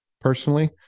personally